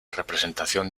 representación